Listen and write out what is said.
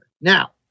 Now